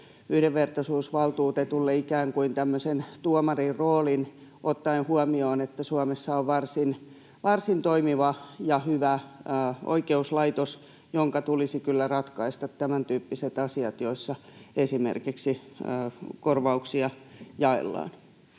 yhdenvertaisuusvaltuutetulle ikään kuin tuomarin roolin, ottaen huomioon, että Suomessa on varsin toimiva ja hyvä oikeuslaitos, jonka tulisi kyllä ratkaista tämäntyyppiset asiat, joissa esimerkiksi korvauksia jaellaan.